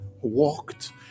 walked